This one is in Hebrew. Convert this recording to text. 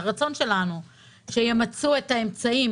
הרצון שלנו שימצו את האמצעים,